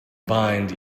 bind